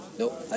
No